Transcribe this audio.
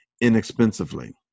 inexpensively